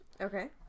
Okay